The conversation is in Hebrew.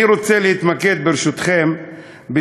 אני רוצה להתמקד בדברי,